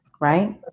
right